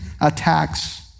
Attacks